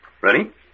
Ready